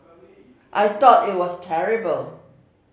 I thought it was terrible